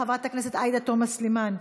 חברת הכנסת עאידה תומא סלימאן,